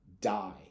die